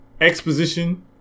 exposition